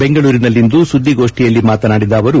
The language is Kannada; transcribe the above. ಬೆಂಗಳೂರಿನಲ್ಲಿಂದು ಸುದ್ಗಿಗೋಡ್ನಿಯಲ್ಲಿ ಮಾತನಾಡಿದ ಅವರು